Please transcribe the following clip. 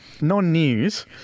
non-news